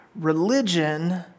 religion